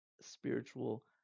spiritual